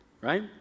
right